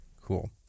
Cool